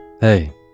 Hey